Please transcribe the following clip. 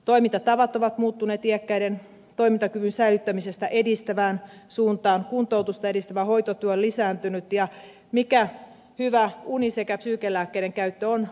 toimintatavat ovat muuttuneet iäkkäiden toimintakyvyn säilyttämisestä edistävään suuntaan kuntoutusta edistävä hoitotyö on lisääntynyt ja mikä hyvä uni sekä psyykelääkkeiden käyttö on vähentynyt